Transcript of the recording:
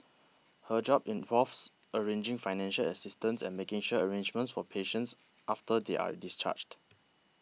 her job involves arranging financial assistance and making share arrangements for patients after they are discharged